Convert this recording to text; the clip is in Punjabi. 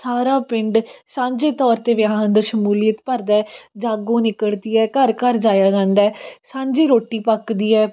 ਸਾਰਾ ਪਿੰਡ ਸਾਂਝੇ ਤੌਰ 'ਤੇ ਵਿਆਹਾਂ ਦਾ ਸ਼ਮੂਲੀਅਤ ਭਰਦਾ ਜਾਗੋ ਨਿਕਲਦੀ ਹੈ ਘਰ ਘਰ ਜਾਇਆ ਜਾਂਦਾ ਸਾਂਝੀ ਰੋਟੀ ਪੱਕਦੀ ਹੈ